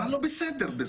מה לא בסדר בזה?